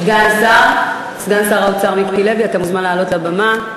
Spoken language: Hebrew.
סגן שר האוצר, מיקי לוי, אתה מוזמן לעלות לבימה.